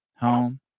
home